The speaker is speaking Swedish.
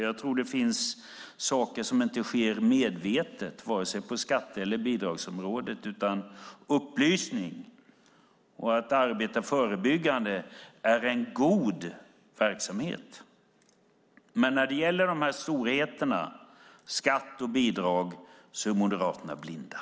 Jag tror att det finns saker som inte sker medvetet på vare sig skatte eller bidragsområdet. Upplysning och att arbeta förebyggande är en god verksamhet. När det gäller storheterna skatt och bidrag är Moderaterna blinda.